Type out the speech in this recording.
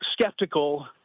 skeptical